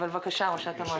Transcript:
בבקשה, ראשת המועצה.